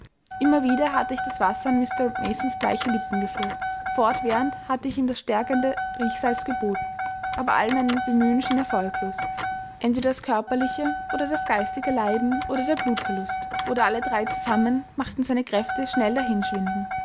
immer wieder hatte ich das wasser an mr masons bleiche lippen geführt fortwährend hatte ich ihm das stärkende riechsalz geboten aber all mein bemühen schien erfolglos entweder das körperliche oder das geistige leiden oder der blutverlust oder alle drei zusammen machten seine kräfte schnell dahinschwinden